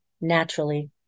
naturally